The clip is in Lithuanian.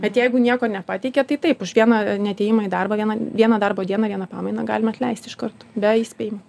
bet jeigu nieko nepateikė tai taip už vieną neatėjimą į darbą vieną vieną darbo dieną vieną pamainą galima atleisti iš karto be įspėjimų